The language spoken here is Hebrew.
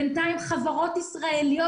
בינתיים חברות ישראליות...